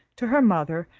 to her mother,